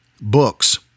books